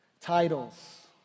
Titles